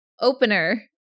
opener